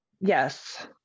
Yes